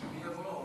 שמי יבוא?